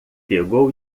pegou